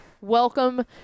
welcome